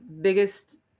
biggest